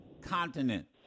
continent